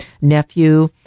nephew